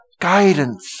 guidance